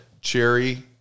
cherry